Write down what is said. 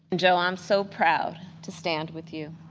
and joe, i'm so proud to stand with you.